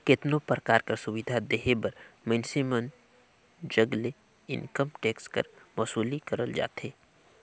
केतनो परकार कर सुबिधा देहे बर मइनसे मन जग ले इनकम टेक्स कर बसूली करल जाथे